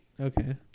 Okay